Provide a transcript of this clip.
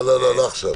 לא, לא, לא עכשיו.